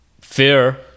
fear